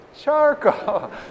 charcoal